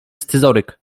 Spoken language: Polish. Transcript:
scyzoryk